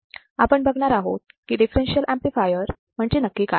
आज आपण बघणार आहोत की दिफ्फेरेन्शियल ऍम्प्लिफायर म्हणजे नक्की काय